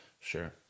Sure